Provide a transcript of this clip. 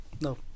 no